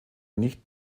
nicht